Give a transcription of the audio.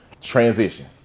transition